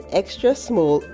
extra-small